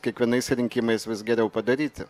kiekvienais rinkimais vis geriau padaryti